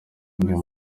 uyu